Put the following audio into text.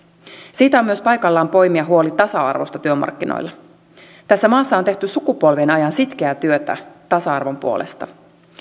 siitä on myös paikallaan poimia huoli tasa arvosta työmarkkinoilla tässä maassa on tehty sukupolvien ajan sitkeää työtä tasa arvon puolesta